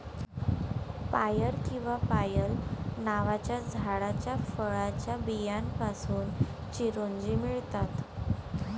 पायर किंवा पायल नावाच्या झाडाच्या फळाच्या बियांपासून चिरोंजी मिळतात